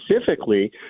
Specifically